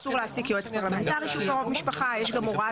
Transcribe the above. אסור להעסיק יועץ פרלמנטרי שהוא קרוב משפחה; יש גם הוראה